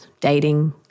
dating